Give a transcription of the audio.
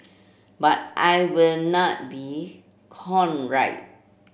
but I will not be